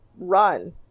run